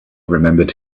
remembered